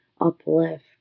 uplift